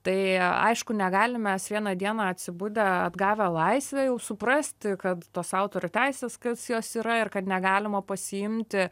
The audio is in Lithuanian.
tai aišku negalim mes vieną dieną atsibudę atgavę laisvę suprasti kad tos autorių teisės kas jos yra ir kad negalima pasiimti